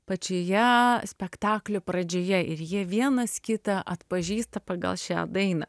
pačioje spektaklio pradžioje ir jie vienas kitą atpažįsta pagal šią dainą